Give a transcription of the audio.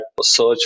search